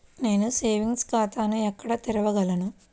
నేను సేవింగ్స్ ఖాతాను ఎక్కడ తెరవగలను?